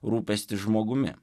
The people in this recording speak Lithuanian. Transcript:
rūpestis žmogumi